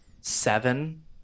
seven